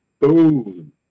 boom